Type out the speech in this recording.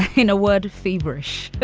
in a word, feverish.